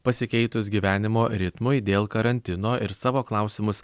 pasikeitus gyvenimo ritmui dėl karantino ir savo klausimus